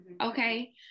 okay